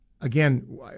Again